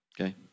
Okay